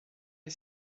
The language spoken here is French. est